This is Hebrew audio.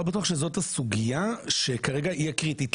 לא בטוח שזאת הסוגיה שכרגע היא הקריטית,